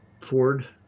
Ford